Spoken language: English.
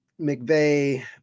McVeigh